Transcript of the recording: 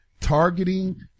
targeting